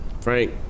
Frank